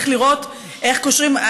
צריך לראות איך קושרים,